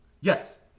Yes